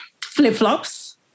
flip-flops